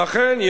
ואכן,